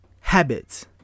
habits